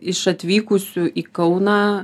iš atvykusių į kauną